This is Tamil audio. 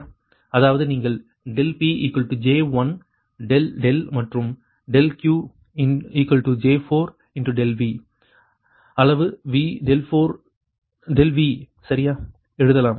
அதாவது நீங்கள் ∆PJ1∆ மற்றும் ∆QJ4∆V அளவு ∆V சரியாக எழுதலாம்